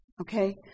okay